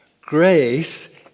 Grace